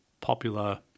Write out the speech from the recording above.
popular